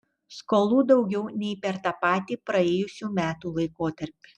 skolų daugiau nei per tą patį praėjusių metų laikotarpį